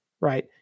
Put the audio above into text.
right